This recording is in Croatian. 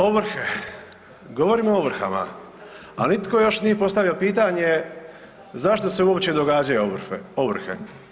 Ovrhe, govorimo o ovrhama, a nitko još nije postavio pitanje zašto se uopće događaju ovrhe?